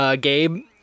Gabe